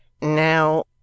Now